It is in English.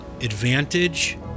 advantage